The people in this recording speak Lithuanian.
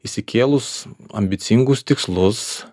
išsikėlus ambicingus tikslus